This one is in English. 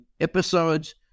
episodes